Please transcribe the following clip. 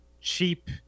cheap